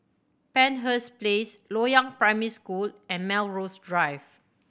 Penshurst Place Loyang Primary School and Melrose Drive